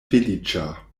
feliĉa